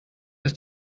ist